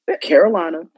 Carolina